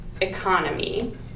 economy